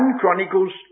Chronicles